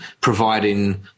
providing